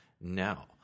Now